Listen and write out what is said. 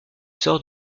sort